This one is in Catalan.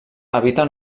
habita